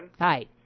Hi